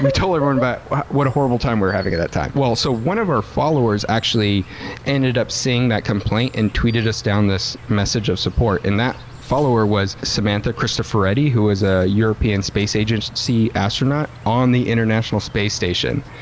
ah told everyone about what a horrible time we were having at that time. so one of our followers actually ended up seeing that complaint and tweeted us down this message of support, and that follower was samantha cristoforetti, who was a european space agency astronaut on the international space station,